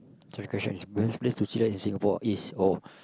second question is best place to chill in Singapore is oh